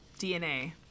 DNA